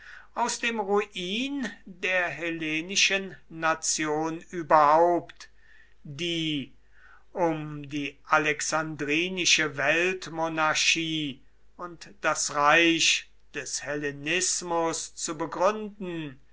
aus dem ruin der hellenischen nation überhaupt die um die alexandrinische weltmonarchie und das reich des hellenismus zu begründen